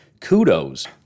kudos